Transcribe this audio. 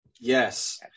Yes